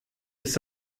ist